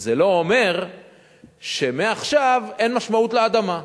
זה לא אומר שמעכשיו אין משמעות לאדמה.